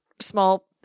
small